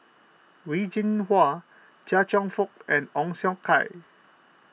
Wen Jinhua Chia Cheong Fook and Ong Siong Kai